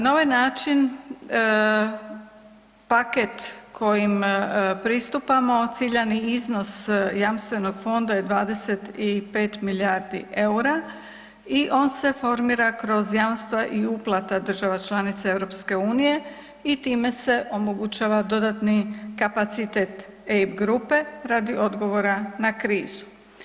Na ovaj način paket kojim pristupamo ciljani iznos Jamstvenog fonda je 25 milijardi eura i on se formira kroz jamstva i uplata država članica EU i time se omogućava dodatni kapacitet EIB grupe radi odgovora na krizu.